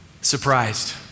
surprised